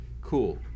cool